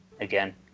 again